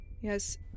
Yes